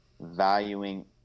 valuing